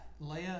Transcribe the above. Leia